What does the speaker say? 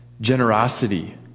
Generosity